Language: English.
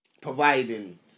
Providing